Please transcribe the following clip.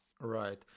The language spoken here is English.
Right